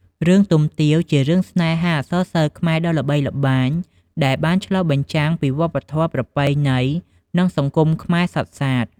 រឿងទុំទាវ ជារឿងស្នេហាអក្សរសិល្ប៍ខ្មែរដ៏ល្បីល្បាញ ដែលបានឆ្លុះបញ្ចាំងពីវប្បធម៌ ប្រពៃណី និងសង្គមខ្មែរសុទ្ធសាធ។